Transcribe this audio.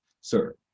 sir